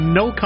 no